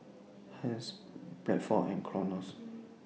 Hermes Bradford and Clorox